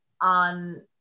on